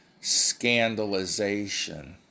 scandalization